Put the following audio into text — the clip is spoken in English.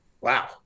wow